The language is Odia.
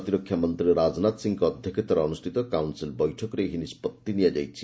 ପ୍ରତିରକ୍ଷା ମନ୍ତ୍ରୀ ରାଜନାଥ ସିଂହଙ୍କ ଅଧ୍ୟକ୍ଷତାରେ ଅନୁଷ୍ଠିତ କାଉନ୍ସିଲ୍ ବୈଠକରେ ଏହି ନିଷ୍ପଭି ନିଆଯାଇଛି